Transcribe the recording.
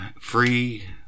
free